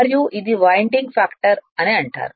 మరియు ఇది winding factor అని అంటారు